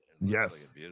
Yes